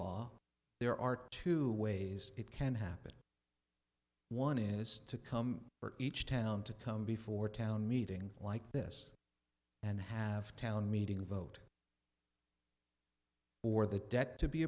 law there are two ways it can happen one is to come each town to come before town meeting like this and have town meeting vote or the debt to be